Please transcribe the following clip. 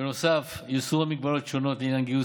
בנוסף יוסרו מגבלות שונות לעניין גיוס